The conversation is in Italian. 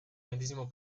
medesimo